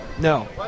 No